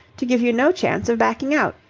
to give you no chance of backing out.